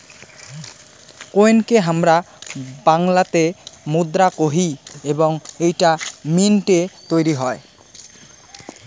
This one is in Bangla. কোইনকে হামরা বাংলাতে মুদ্রা কোহি এবং এইটা মিন্ট এ তৈরী হই